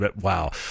Wow